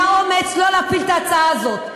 היה אומץ לא להפיל את ההצעה הזאת.